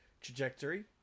trajectory